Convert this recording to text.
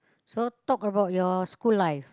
so talk about your school life